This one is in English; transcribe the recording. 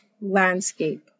landscape